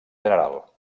general